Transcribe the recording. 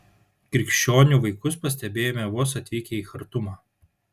krikščionių vaikus pastebėjome vos atvykę į chartumą